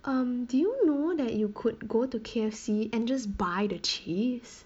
um do you know that you could go to K_F_C and just buy the cheese